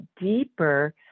deeper